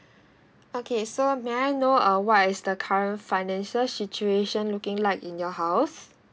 okay so may I know uh what is the current financial situation looking like in your house